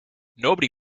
nobody